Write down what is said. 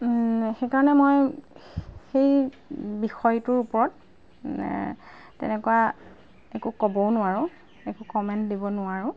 সেইকাৰণে মই সেই বিষয়টোৰ ওপৰত তেনেকুৱা একো ক'বও নোৱাৰোঁ একো কমেণ্ট দিব নোৱাৰোঁ